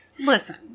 Listen